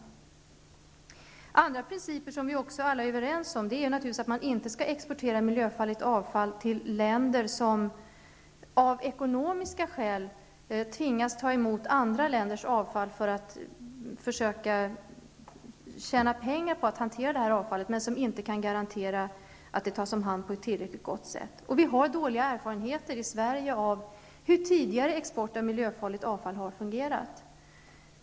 En annan princip som vi alla är överens om är att man inte skall exportera miljöfarligt avfall till länder som av ekonomiska skäl tvingas att ta emot andra länders avfall för att tjäna pengar på avfallshantering, samtidigt som dessa länder inte kan garantera att avfallet tas om hand på ett tillfredsställande sätt. Vi har i Sverige dåliga erfarenheter av hur tidigare export av miljöfarligt avfall har fungerat.